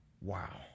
Wow